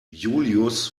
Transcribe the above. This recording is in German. julius